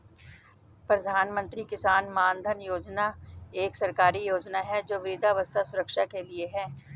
प्रधानमंत्री किसान मानधन योजना एक सरकारी योजना है जो वृद्धावस्था सुरक्षा के लिए है